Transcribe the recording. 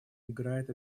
играет